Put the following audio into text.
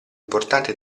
importante